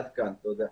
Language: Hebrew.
תודה.